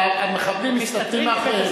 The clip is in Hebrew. המחבלים מסתתרים מאחוריהם.